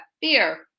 fear